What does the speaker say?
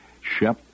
Shep